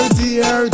dear